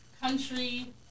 country